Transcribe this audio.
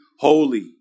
Holy